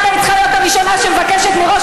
את היית צריכה להיות הראשונה שמבקשת מראש